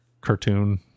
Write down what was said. cartoon